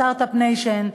Start-up Nation,